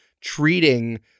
treating